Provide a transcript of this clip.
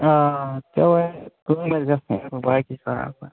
آ چلو ہے کٲم گَژھِ گژھٕنۍ اَصٕل باقٕے چھُ سہل پَتہٕ